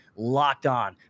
LOCKEDON